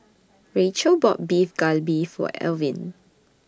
Rachael bought Beef Galbi For Alvin